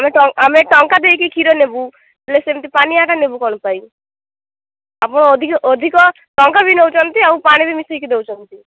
ଆମେ ଆମେ ଟଙ୍କା ଦେଇ କି କ୍ଷୀର ନେବୁ ହେଲେ ସେମିତି ପାଣିଆ କା ନେବୁ କ'ଣ ପାଇଁ ଆପଣ ଅଧିକ ଅଧିକ ଟଙ୍କା ବି ନେଉଛନ୍ତି ଆଉ ପାଣି ବି ମିଶାଇ କି ଦେଉଛନ୍ତି